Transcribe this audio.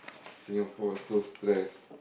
Singapore so stress